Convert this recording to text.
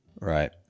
Right